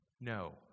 No